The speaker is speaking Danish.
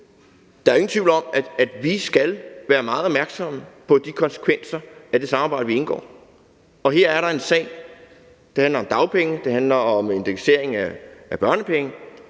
Der er jo ingen tvivl om, at vi skal være meget opmærksomme på konsekvenserne af det samarbejde, vi indgår, og her er der en sag, der handler om dagpenge, der handler om indeksering af børnepenge,